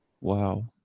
Wow